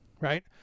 Right